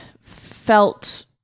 felt